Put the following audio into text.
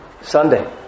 Sunday